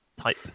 type